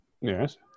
Yes